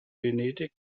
venedig